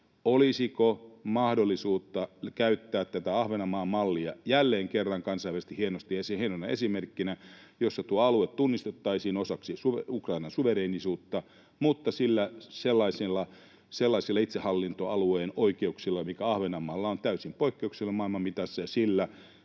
olisiko mahdollisuutta käyttää Ahvenanmaan mallia jälleen kerran kansainvälisesti hienona esimerkkinä, jossa tuo alue tunnistettaisiin osaksi Ukrainan suvereenisuutta mutta sellaisilla itsehallintoalueen oikeuksilla, mitkä Ahvenanmaalla ovat, täysin poikkeuksellisia maailman mitassa. Sillä